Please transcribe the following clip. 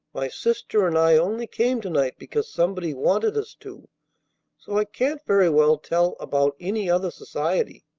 my sister and i only came to-night because somebody wanted us to so i can't very well tell about any other society.